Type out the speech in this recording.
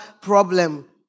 problem